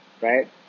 Right